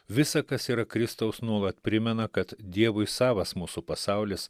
visa kas yra kristaus nuolat primena kad dievui savas mūsų pasaulis